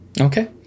Okay